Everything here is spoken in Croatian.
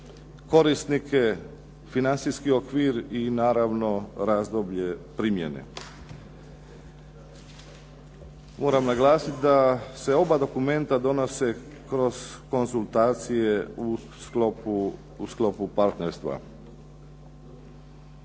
korisnike, financijski okvir i naravno razdoblje primjene. Moram naglasiti da se oba dokumenta donose kroz konzultacije u sklopu partnerstva.